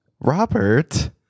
Robert